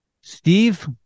Steve